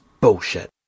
bullshit